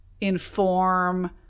inform